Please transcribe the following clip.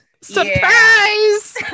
surprise